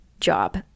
job